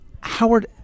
Howard